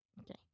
Okay